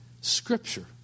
Scripture